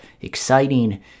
exciting